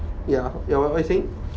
ya ya what you saying